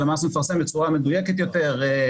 הלמ"ס מפרסם בצורה מדויקת יותר,